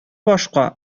башка